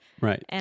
Right